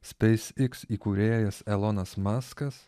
speis iks įkūrėjas elonas maskas